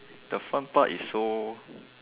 the front part is so